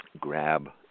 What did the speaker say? grab